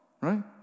right